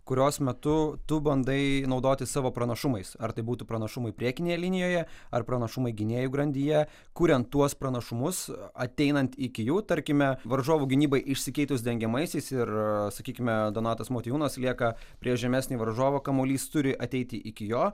kurios metu tu bandai naudotis savo pranašumais ar tai būtų pranašumai priekinėje linijoje ar pranašumai gynėjų grandyje kuriant tuos pranašumus ateinant iki jų tarkime varžovų gynybai išsikeitus dengiamaisiais ir sakykime donatas motiejūnas lieka prieš žemesnį varžovą kamuolys turi ateiti iki jo